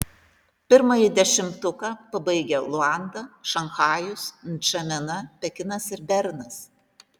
pirmąjį dešimtuką pabaigia luanda šanchajus ndžamena pekinas ir bernas